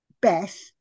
Beth